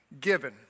Given